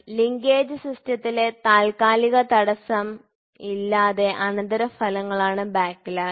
linkage സിസ്റ്റത്തിലെ താൽക്കാലിക തടസ്സമില്ലാത്തതിന്റെ അനന്തരഫലങ്ങളാണ് ബാക്ക്ലാഷ്